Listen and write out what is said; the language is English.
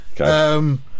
Okay